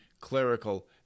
clerical